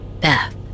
Beth